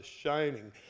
shining